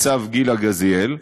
ניצב גילה גזיאל,